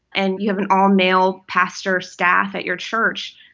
and you have an all-male pastor staff at your church,